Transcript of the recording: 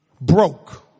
broke